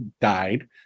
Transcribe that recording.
died